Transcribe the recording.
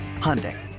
Hyundai